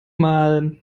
mal